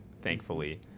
thankfully